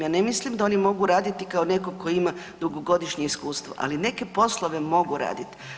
Ja ne mislim da oni mogu raditi kao netko tko ima dugogodišnje iskustvo, ali neke poslove mogu raditi.